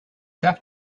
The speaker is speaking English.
def